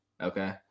Okay